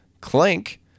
Clank